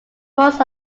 most